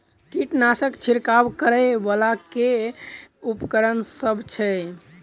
कीटनासक छिरकाब करै वला केँ उपकरण सब छै?